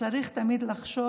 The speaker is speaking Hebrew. צריך תמיד לחשוב